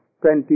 twenty